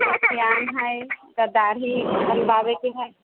एगो सयान हइ तऽ दाढ़ी बनबाबयके हइ